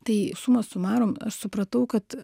tai suma sumarum aš supratau kad